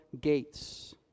gates